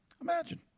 Imagine